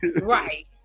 Right